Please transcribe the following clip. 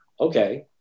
Okay